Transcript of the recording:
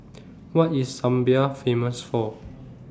What IS Zambia Famous For